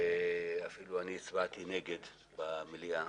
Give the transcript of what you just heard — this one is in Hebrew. אפילו אני הצבעתי נגד במליאה.